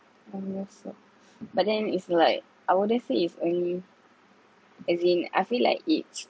but then is like I wouldn't say it's only as in I feel like it's